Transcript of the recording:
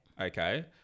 Okay